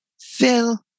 fill